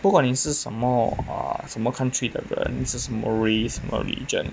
不管你是什么 err country 的人是什么 race 什么 religion